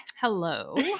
Hello